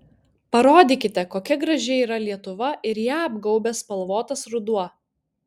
parodykite kokia graži yra lietuva ir ją apgaubęs spalvotas ruduo